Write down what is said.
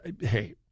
hey